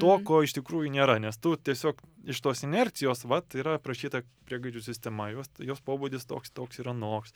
to ko iš tikrųjų nėra nes tu tiesiog iš tos inercijos vat yra aprašyta priegaidžių sistema jos jos pobūdis toks toks ir anoks